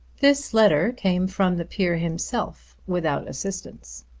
this letter came from the peer himself, without assistance.